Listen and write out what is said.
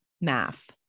Math